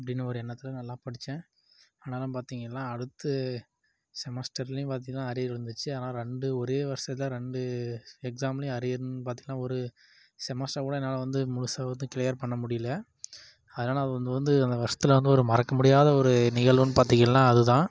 அப்படின்னு ஒரு எண்ணத்தில் நல்லா படித்தேன் ஆனாலும் பாத்திங்கனா அடுத்து செமஸ்ட்டர்லேயும் பார்த்திங்கன்னா அரியர் விழுந்துடுச்சி ஆனால் ரெண்டு ஒரே வருஷத்தில் ரெண்டு எக்ஸாம்லேயும் அரியருன்னு பாத்திங்கனா ஒரு செமஸ்ட்டர் கூட என்னால் வந்து முழுசாக வந்து கிளியர் பண்ண முடியல அதனால அது வந்து அந்த வருஷத்தில் ஒரு மறக்கமுடியாத ஒரு நிகழ்வுன்னு பாத்திங்கனா அதுதான்